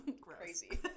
Crazy